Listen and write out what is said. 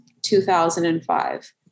2005